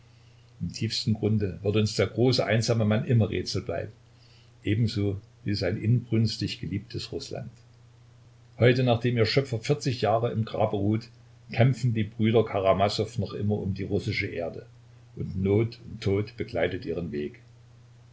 im tiefsten grunde wird uns der große einsame mann immer rätsel bleiben ebenso wie sein inbrünstig geliebtes rußland heute nachdem ihr schöpfer vierzig jahre im grabe ruht kämpfen die brüder karamasow noch immer um die russische erde und not und tod begleiten ihren weg